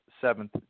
seventh